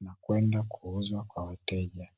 na kwenda kuuzwa kwa wateja.